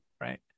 Right